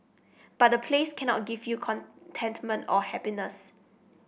but a place cannot give you contentment or happiness